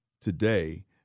today